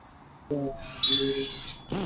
ᱦᱮᱸ ᱤᱭᱟᱹ